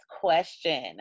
question